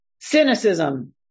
cynicism